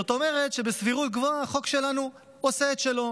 זאת אומרת שבסבירות גבוהה החוק שלנו עושה את שלו.